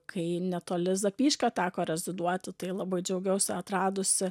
kai netoli zapyškio teko reziduoti tai labai džiaugiuosi atradusi